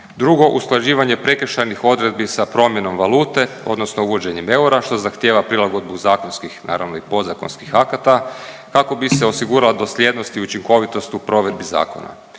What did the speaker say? Drugo usklađivanje prekršajnih odredbi sa promjenom valute odnosno uvođenjem eura što zahtjeva prilagodbu zakonskih naravno i podzakonskih akata kako bi se osigurala dosljednost i učinkovitost u provedbi zakona.